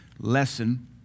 lesson